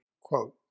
quote